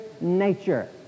nature